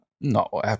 No